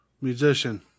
Musician